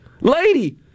Lady